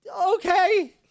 Okay